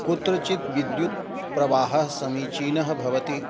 कुत्रचित् विद्युत् प्रवाहः समीचीनः भवति